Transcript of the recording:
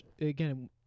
again